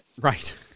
Right